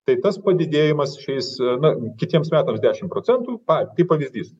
tai tas padidėjimas šiais na kitiems metams dešim procentų pa kaip pavyzdys